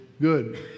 good